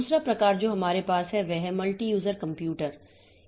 दूसरा प्रकार जो हमारे पास है वह मल्टी यूजर कंप्यूटर है